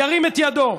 ירים את ידו.